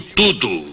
tudo